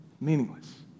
Meaningless